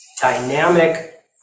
dynamic